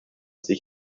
sich